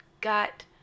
got